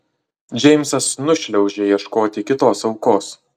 džeimsas nušliaužia ieškoti kitos aukos